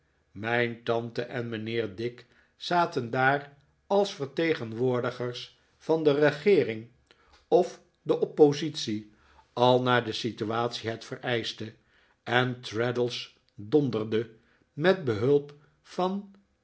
mijn tante en mijnheer dick zaten daar als vertegenwoordigers van de regeering of de opposite al naar de situatie het vereischte en traddles donderde met behulp van